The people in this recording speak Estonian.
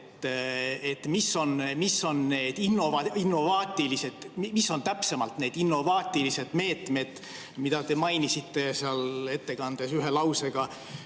et mis on täpsemalt need innovaatilised meetmed, mida te mainisite ettekandes ühe lausega,